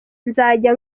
nzajya